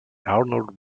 arnold